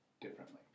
differently